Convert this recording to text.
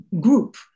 group